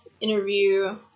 interview